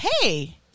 hey